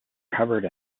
covered